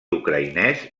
ucraïnès